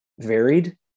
varied